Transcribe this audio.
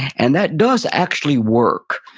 and that does actually work.